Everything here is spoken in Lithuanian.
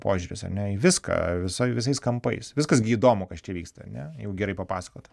požiūris ar ne į viską visoj visais kampais viskas gi įdomu kas čia vyksta ane jeigu gerai papasakot